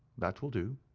that will do.